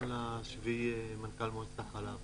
מ-1 ביולי אני מנכ"ל מועצת החלב.